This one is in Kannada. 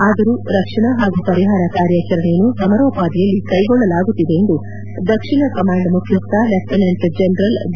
ಆದರೂ ರಕ್ಷಣಾ ಹಾಗೂ ಪರಿಹಾರ ಕಾರ್ಯಾಚರಣೆಯನ್ನು ಸಮರೋಪಾದಿಯಲ್ಲಿ ಕೈಗೊಳ್ಳಲಾಗುತ್ತಿದೆ ಎಂದು ದಕ್ಷಿಣ ಕಮಾಂಡ್ ಮುಖ್ದಸ್ವ ಲೆಫ್ಟಿನೆಂಟ್ ಜನರಲ್ ಡಿ